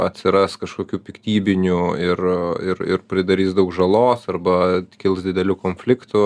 atsiras kašokių piktybinių ir ir pridarys daug žalos arba kils didelių konfliktų